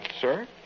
Sir